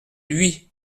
lui